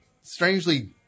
strangely